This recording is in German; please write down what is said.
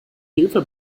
hilfe